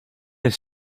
have